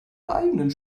eigenen